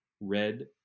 red